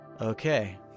Okay